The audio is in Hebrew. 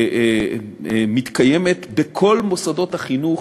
שמתקיימת בכל מוסדות החינוך